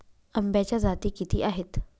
आंब्याच्या जाती किती आहेत?